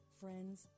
friends